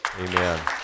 Amen